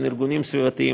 בבקשה.